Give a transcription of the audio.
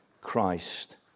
Christ